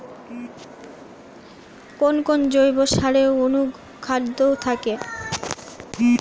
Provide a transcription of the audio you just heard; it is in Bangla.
কোন কোন জৈব সারে অনুখাদ্য থাকে?